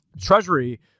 treasury